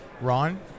Ron